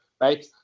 right